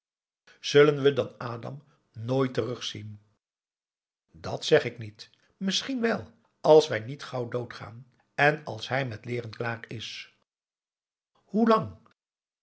zullen we dan adam nooit terugzien dat zeg ik niet misschien wel als wij niet gauw dood gaan en als hij met leeren klaar is hoe lang